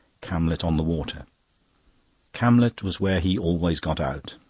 camlet-on-the-water. camlet was where he always got out,